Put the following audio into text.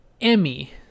Emmy